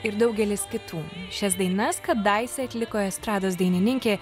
ir daugelis kitų šias dainas kadaise atliko estrados dainininkė